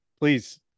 Please